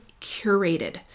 curated